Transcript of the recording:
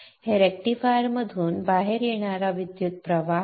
हे रेक्टिफायरमधून बाहेर येणारा विद्युतप्रवाह आहे